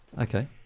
Okay